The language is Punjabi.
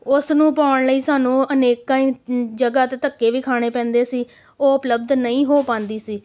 ਉਸ ਨੂੰ ਪਾਉਣ ਲਈ ਸਾਨੂੰ ਅਨੇਕਾਂ ਹੀ ਜਗ੍ਹਾ 'ਤੇ ਧੱਕੇ ਵੀ ਖਾਣੇ ਪੈਂਦੇ ਸੀ ਉਹ ਉਪਲੱਬਧ ਨਹੀਂ ਹੋ ਪਾਉਂਦੀ ਸੀ